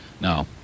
No